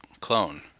clone